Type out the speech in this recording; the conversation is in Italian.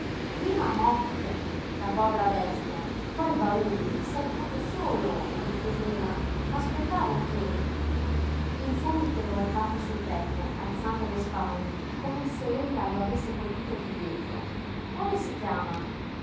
mopchen la povera bestia poi i bauli sei venuto solo riprese ella m'aspettavo che il furri piegò il capo sul petto alzando le spalle come se ella lo avesse colpito di dietro come si chiama